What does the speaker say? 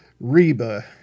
Reba